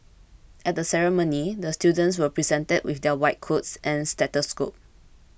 at the ceremony the students were presented with their white coats and stethoscopes